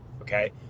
okay